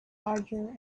larger